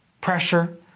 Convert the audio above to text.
pressure